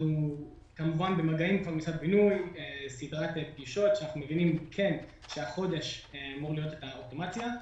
מסדרת פגישות עם משרד הבינוי הבנו שהחודש אמורה להיות האוטומציה.